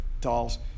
dolls